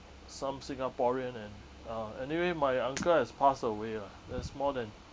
some singaporean and uh anyway my uncle has passed away lah that's more than